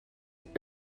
est